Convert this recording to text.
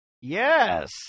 Yes